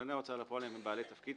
קבלני ההוצאה לפועל הם בעלי תפקיד,